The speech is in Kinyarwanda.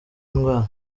ndwara